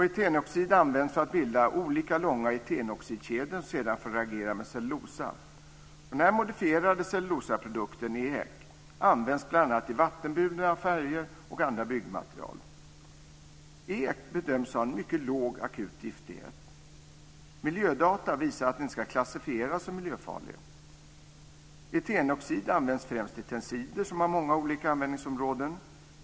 Etenoxid används för att bilda olika långa etenoxidkedjor, som sedan får reagera med cellulosa. Den modifierade cellulosaprodukten, EHEC, används bl.a. i vattenburna färger och andra byggmaterial. EHEC bedöms ha en mycket låg akut giftighet. Miljödata visar att den inte ska klassificeras som miljöfarlig. Etenoxid används främst i tensider, som har många olika användningsområden.